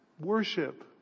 worship